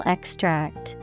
Extract